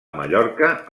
mallorca